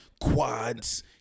quads